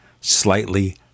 slightly